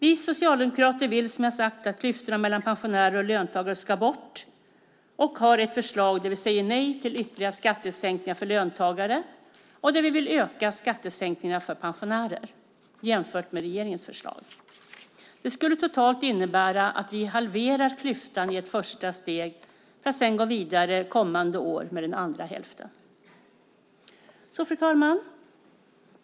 Vi socialdemokrater vill som sagt att klyftorna mellan pensionärer och löntagare ska bort och har ett förslag där vi säger nej till ytterligare skattesänkningar för löntagare och vill öka skattesänkningarna för pensionärer i förhållande till vad regeringen föreslår. Det skulle totalt innebära att vi halverar klyftan i ett första steg för att sedan kommande år gå vidare med den andra hälften. Fru talman!